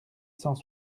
cent